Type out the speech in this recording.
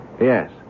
Yes